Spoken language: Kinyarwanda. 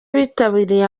bitabiriye